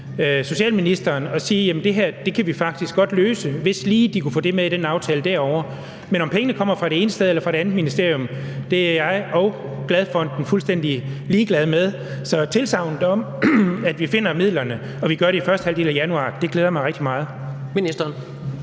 socialministeren, og sige, at det her kan vi faktisk godt løse, hvis de lige kunne få det med i den aftalte derovre. Men om pengene kommer fra det ene ministerium eller det andet ministerium, er jeg og Glad Fonden fuldstændig ligeglade med. Så tilsagnet om, at vi finder midlerne, og at vi gør det i første halvdel af januar, glæder mig rigtig meget.